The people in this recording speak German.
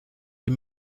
die